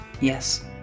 Yes